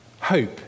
hope